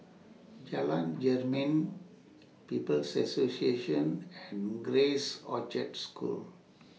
Jalan Jermin People's Association and Grace Orchard School